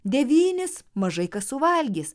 devynis mažai kas suvalgys